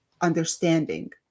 understanding